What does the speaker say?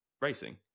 racing